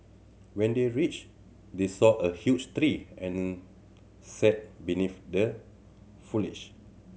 when they reached they saw a huge tree and sat beneath the foliage